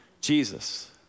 Jesus